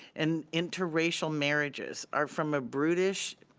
and interracial marriages are from a brutish,